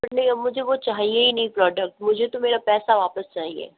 but नहीं अब मुझे वो चाहिए ही नहीं प्रॉडक्ट मुझे तो मेरा पैसा वापस चाहिए